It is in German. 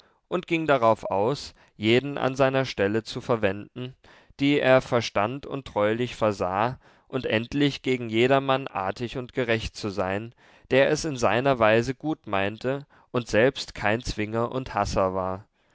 und ging darauf aus jeden an seiner stelle zu verwenden die er verstand und treulich versah und endlich gegen jedermann artig und gerecht zu sein der es in seiner weise gut meinte und selbst kein zwinger und hasser war